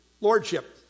lordship